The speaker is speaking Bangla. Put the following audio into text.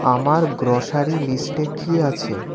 আমার গ্রসারি লিস্টে কি আছে